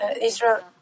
Israel